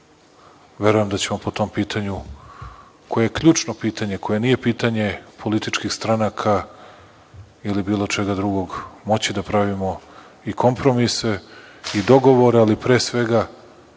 verujem da ćemo po tom pitanju, koje je ključno pitanje, koje nije pitanje političkih stranaka ili bilo čega drugog, moći da pravimo i kompromise i dogovore, ali pre svega